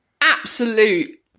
absolute